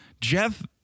Jeff